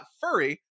furry